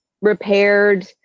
repaired